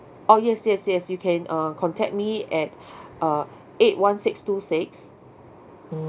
oh yes yes yes you can uh contact me at uh eight one six two six